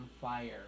fire